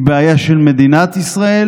היא בעיה של מדינת ישראל,